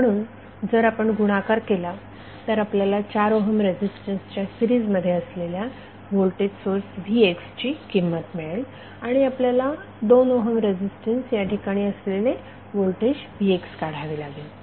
म्हणून जर आपण गुणाकार केला तर आपल्याला 4 ओहम रेझीस्टन्सच्या सीरिजमध्ये असलेल्या व्होल्टेज सोर्स vx ची किंमत मिळेल आणि आपल्याला 2 ओहम रेझीस्टन्स या ठिकाणी असलेले व्होल्टेज vx काढावे लागेल